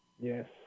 Yes